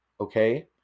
okay